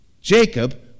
Jacob